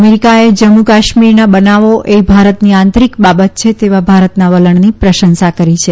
અમેરીકાએ જમ્મુ કાશ્મીરના બનાવો એ ભારતની આંતરીક બાબત છે તેવા ભારતના વલણની પ્રશંસા કરી છે